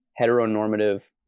heteronormative